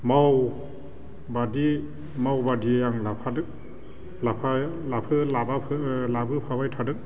मावबादि आं लाफादों लाबोफाबाय थादों